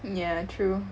yeah true